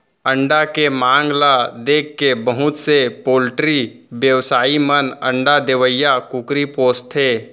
अंडा के मांग ल देखके बहुत से पोल्टी बेवसायी मन अंडा देवइया कुकरी पोसथें